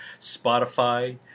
Spotify